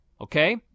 okay